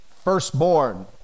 Firstborn